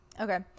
okay